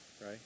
right